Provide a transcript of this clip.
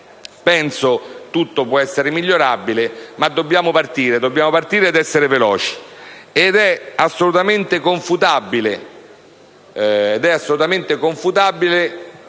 Penso che tutto può essere migliorabile, ma dobbiamo partire ed essere veloci. È assolutamente confutabile